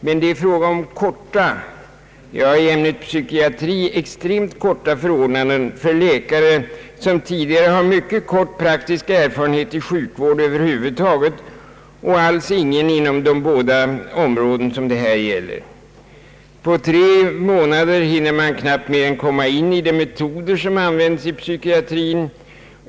Men det är fråga om korta — i ämnet psykiatri extremt korta — förordnanden för läkare som tidigare har mycket kort praktisk erfarenhet inom sjukvård över huvud taget och alls ingen inom de båda områden det här gäller. På tre månader hinner man knappt mer än komma in i de metoder som används i psykiatrin.